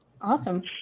Awesome